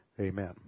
Amen